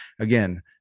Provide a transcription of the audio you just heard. again